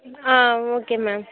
ah okay ma'am